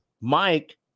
Mike